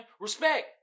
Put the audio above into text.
respect